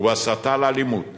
ובהסתה לאלימות